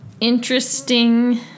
interesting